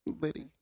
Liddy